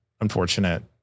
unfortunate